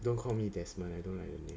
don't call me desmond I don't like the name